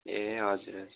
ए हजुर हजुर